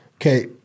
Okay